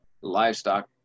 livestock